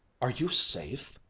are you safe?